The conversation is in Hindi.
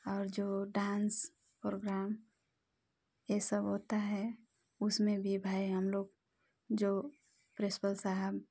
और जो डांस प्रोग्राम ऐसा होता है उसमें भी भाई हम लोग जो प्रिंसिपल साहब